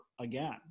again